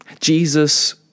Jesus